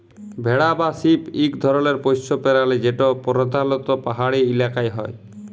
ভেড়া বা শিপ ইক ধরলের পশ্য পেরালি যেট পরধালত পাহাড়ি ইলাকায় হ্যয়